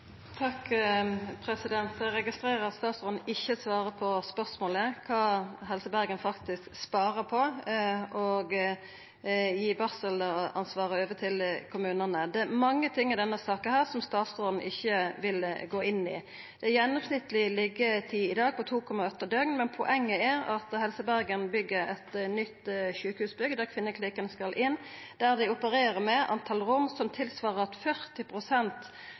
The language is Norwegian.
Eg registrerer at statsråden ikkje svarer på spørsmålet, kva Helse Bergen faktisk sparer på å gi barselansvaret til kommunane. Det er mange ting i denne saka som statsråden ikkje vil gå inn i. Gjennomsnittleg liggjetid i dag er på 2,8 døgn, men poenget er at Helse Bergen byggjer eit nytt sjukehusbygg der kvinneklinikken skal inn, der dei opererer med eit tal på rom som